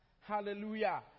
Hallelujah